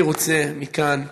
אני רוצה מכאן,